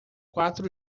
quatro